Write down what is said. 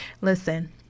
Listen